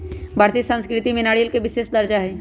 भारतीय संस्कृति में नारियल के विशेष दर्जा हई